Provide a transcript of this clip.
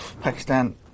Pakistan